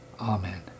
Amen